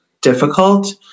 difficult